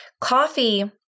coffee